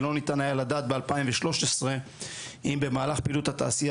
ולא ניתן היה לדעת ב-2013 אם במהלך פעילות התעשייה